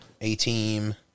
A-Team